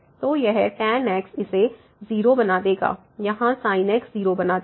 तो यह tan x इसे 0 बना देगा यहाँ sin x 0 बना देगा